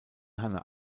hannah